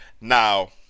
Now